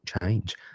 change